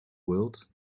world